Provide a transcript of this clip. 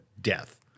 death